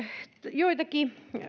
joitakin